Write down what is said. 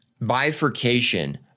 bifurcation